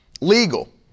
Legal